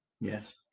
Yes